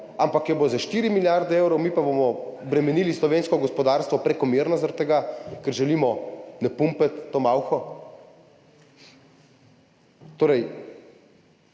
ampak jo bo za 4 milijarde evrov, mi pa bomo bremenili slovensko gospodarstvo prekomerno, zaradi tega ker želimo na pumpati to malho?